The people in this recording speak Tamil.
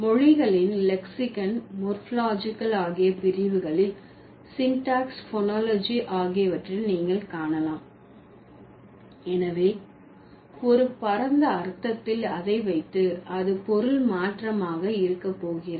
மொழிகளின் லெக்சிகன் மோர்போலொஜிக்கல் ஆகிய பிரிவுகளில் சின்டாக்ஸ் போனாலொஜி ஆகியவற்றில் நீங்கள் காணலாம் எனவே ஒரு பரந்த அர்த்தத்தில் அதை வைத்து அது பொருள் மாற்றமாக இருக்க போகிறது